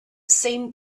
seemed